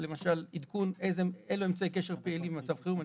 למשל עדכון אלה אמצעי קשר פעילים במצב חירום.